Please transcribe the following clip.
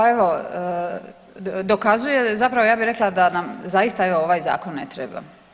Pa evo dokazuje, zapravo ja bih rekla da zaista evo ovaj zakon ne treba.